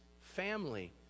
family